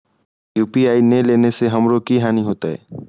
UPI ने लेने से हमरो की हानि होते?